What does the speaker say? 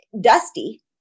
dusty